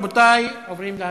רבותי, אנחנו עוברים להצבעה.